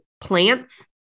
plants